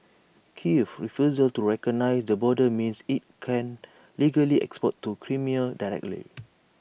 Kiev's refusal to recognise the border means IT can't legally export to Crimea directly